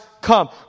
come